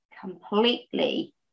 completely